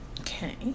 Okay